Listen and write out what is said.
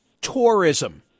tourism